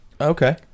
Okay